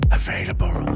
available